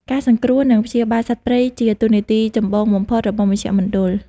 ការសង្គ្រោះ និងព្យាបាលសត្វព្រៃ ជាតួនាទីចម្បងបំផុតរបស់មជ្ឈមណ្ឌល។